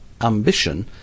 Ambition